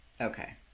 Okay